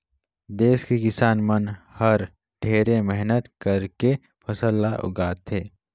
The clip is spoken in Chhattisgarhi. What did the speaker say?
देस के किसान मन हर ढेरे मेहनत करके फसल ल उगाथे